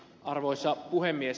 arvoisa puhemies